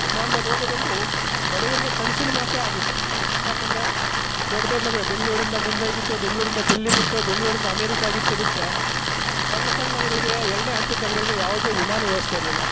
ವಿಮಾನದಲ್ಲಿ ಹೋಗೋದು ಒಂದು ಬಡವರಿಗೆ ಕನಸಿನ ಮಾತೇ ಆಗಿತ್ತು ಯಾಕೆಂದ್ರೆ ದೊಡ್ಡ ದೊಡ್ಡ ನಗರ ಬೆಂಗಳೂರಿಂದ ಮುಂಬೈಗಿತ್ತು ಬೆಂಗಳೂರಿಂದ ಡೆಲ್ಲಿಗೆ ಇತ್ತು ಬೆಂಗಳೂರಿಂದ ಅಮೇರಿಕಾಗೆ ಇತ್ತು ಬಿಟ್ಟರೆ ಸಣ್ಣ ಸಣ್ಣ ನಗರಗಳಿಗೆ ಎರಡನೇ ಹಂತದ ನಗರಗಳಿಗೆ ಯಾವುದೇ ವಿಮಾನ ವ್ಯವಸ್ಥೆ ಇರಲಿಲ್ಲ